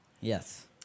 Yes